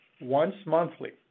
once-monthly